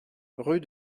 rue